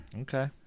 Okay